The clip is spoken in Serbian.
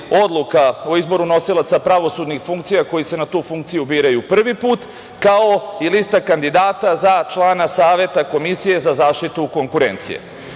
o izboru nosilaca pravosudnih funkcija, koji se na tu funkciju biraju prvi put, kao i lista kandidata za člana Saveta Komisije za zaštitu konkurencije. Kada